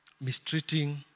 mistreating